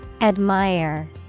Admire